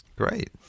Great